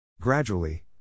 Gradually